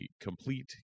complete